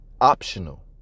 Optional